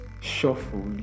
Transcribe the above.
shuffle